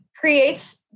creates